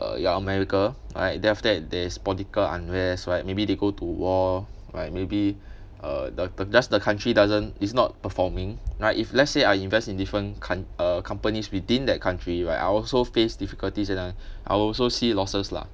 uh ya america right then after that there's political unrest right maybe they go to war right maybe uh the the just the country doesn't it's not performing right if let's say I invest in different count~ uh companies within that country right I also face difficulties and uh I'll also see losses lah